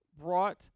brought